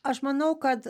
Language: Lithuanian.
aš manau kad